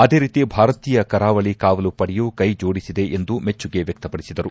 ಅದೇ ರೀತಿ ಭಾರತೀಯ ಕರಾವಳಿ ಕವಾಲು ಪಡೆಯೂ ಕ್ಷೆ ಜೋಡಿಸಿದೆ ಎಂದು ಮೆಚ್ಲುಗೆ ವ್ಯಕ್ಷಪಡಿಸಿದರು